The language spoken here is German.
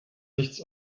nichts